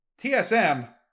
TSM